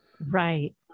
Right